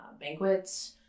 banquets